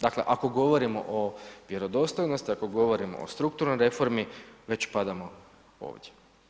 Dakle, ako govorimo o vjerodostojnosti, ako govorimo o strukturnoj reformi, već padamo ovdje.